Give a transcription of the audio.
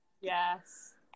yes